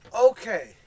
Okay